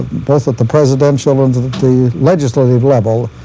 both at the presidential and the the legislative level,